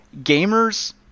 gamers